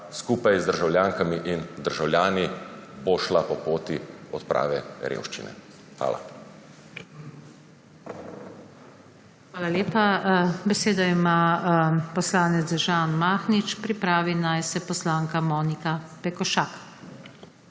skupaj z državljankami in državljani bo šla po poti odprave revščine. Hvala. PODPREDSEDNICA NATAŠA SUKIČ: Hvala lepa. Besedo ima poslanec Žan Mahnič, pripravi naj se poslanka Monika Pekošak.